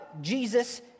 Jesus